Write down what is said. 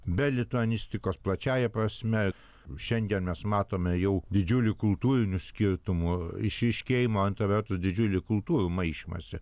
be lituanistikos plačiąja prasme šiandien mes matome jau didžiulių kultūrinių skirtumų išryškėjimą antra vertus didžiulį kultūrų maišymąsi